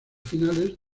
finales